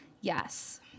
yes